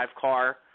car